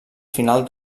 final